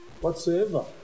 whatsoever